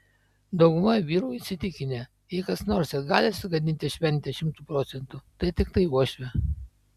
dauguma vyrų įsitikinę jei kas nors ir gali sugadinti šventę šimtu procentų tai tiktai uošvė